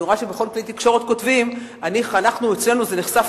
אני רואה שבכל כלי תקשורת כותבים "אצלנו זה נחשף